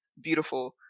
beautiful